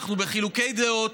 אנחנו בחילוקי דעות.